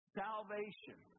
salvation